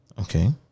Okay